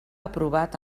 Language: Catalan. aprovat